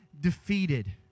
defeated